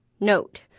note